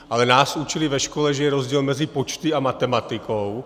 Ale nás učili ve škole, že je rozdíl mezi počty a matematikou.